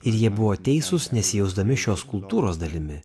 ir jie buvo teisūs nesijausdami šios kultūros dalimi